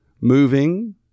moving